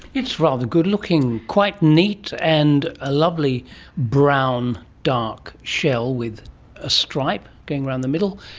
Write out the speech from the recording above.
it's rather good-looking, quite neat, and a lovely brown dark shell with a stripe going round the middle.